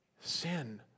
sin